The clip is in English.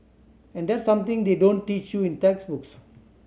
and that's something they don't teach you in textbooks